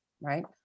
Right